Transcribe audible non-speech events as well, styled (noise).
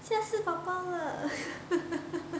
吓死宝宝了 (laughs)